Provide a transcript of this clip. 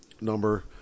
number